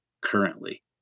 currently